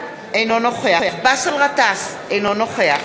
אינו נוכח באסל גטאס, אינו נוכח